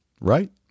Right